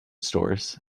stores